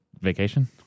Vacation